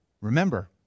Remember